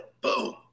boom